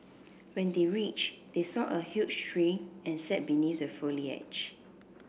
when they reached they saw a huge tree and sat beneath the foliage